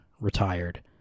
Retired